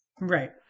Right